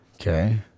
Okay